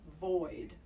void